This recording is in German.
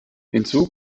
hinzu